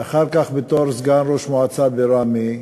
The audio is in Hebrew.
ואחר כך בתור סגן ראש מועצה בראמה,